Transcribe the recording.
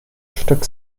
stück